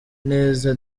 neza